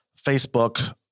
Facebook